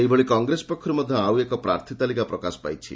ସେହିଭଳି କଂଗ୍ରେସ ପକ୍ଷରୁ ମଧ୍ୟ ଆଉ ଏକ ପ୍ରାର୍ଥୀ ତାଲିକା ପ୍ରକାଶ ପାଇଛି